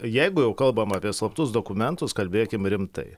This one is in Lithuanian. jeigu jau kalbam apie slaptus dokumentus kalbėkim rimtai